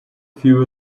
few